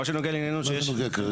מה שנוגע לענייננו --- מה זה נוגע כרגע?